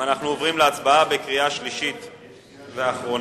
אנחנו עוברים להצבעה בקריאה שלישית ואחרונה.